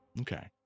Okay